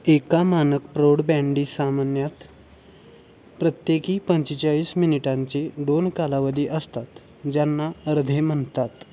एका मानक प्रौढ बँडी सामान्यात प्रत्येकी पंचेचाळीस मिनिटांचे दोन कालावधी असतात ज्यांना अर्धे म्हणतात